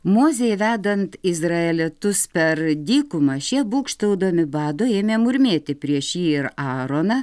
mozei vedant izraelitus per dykumą šie būgštaudami bado ėmė murmėti prieš jį ir aroną